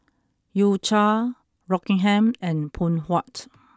U Cha Rockingham and Phoon Huat